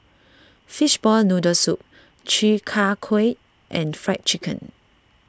Fishball Noodle Soup Chi Kak Kuih and Fried Chicken